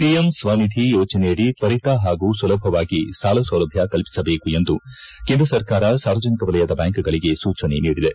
PM ಸ್ವಾಧಿ ಯೋಜನೆಯಡಿ ತ್ವರಿತ ಹಾಗೂ ಸುಲಭವಾಗಿ ಸಾಲಸೌಲಭ್ಯ ಕಲ್ಪಿಸಬೇಕೆಂದು ಕೇಂದ್ರ ಸರ್ಕಾರ ಸಾರ್ವಜನಿಕ ವಲಯದ ಬ್ಬಾಂಕ್ಗಳಿಗೆ ಸೂಚನೆ ನೀಡಿದೆ